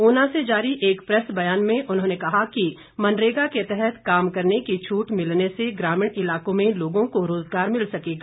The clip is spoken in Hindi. ऊना से जारी एक प्रेस बयान में उन्होंने कहा कि मनरेगा के तहत काम करने की छूट मिलने से ग्रामीण इलाकों में लोगों को रोजगार मिल सकेंगा